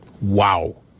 Wow